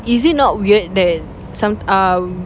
is it not weird that some um